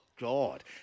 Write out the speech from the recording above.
God